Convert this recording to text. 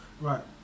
Right